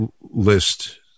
list